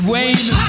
Wayne